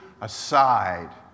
aside